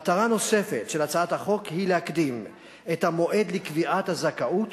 מטרה נוספת של הצעת החוק היא להקדים את המועד לקביעת הזכאות